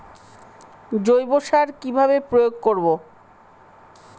জৈব সার কি ভাবে প্রয়োগ করব?